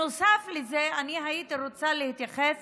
נוסף לזה, אני הייתי רוצה להתייחס